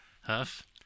huff